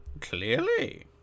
Clearly